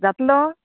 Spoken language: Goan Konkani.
जातलो